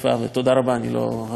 אני לא אעכב אותך יותר,